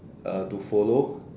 uh to follow